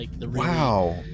Wow